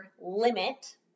limit